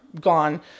gone